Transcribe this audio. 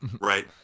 Right